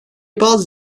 bazı